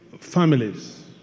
families